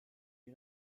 you